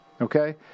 okay